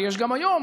ויש גם היום,